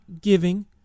giving